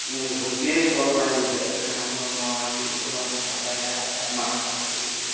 ᱮᱱ ᱦᱚᱸᱜᱮ ᱦᱚᱲ ᱵᱟᱭ ᱵᱩᱡᱷᱟᱹᱜ ᱠᱟᱱᱟ ᱫᱚ ᱱᱚᱣᱟ ᱵᱤᱨ ᱫᱚ ᱵᱟᱵᱚ ᱯᱷᱟᱸᱫᱟᱭᱟ ᱢᱟᱸᱜ ᱟᱵᱚ ᱤᱭᱟᱹ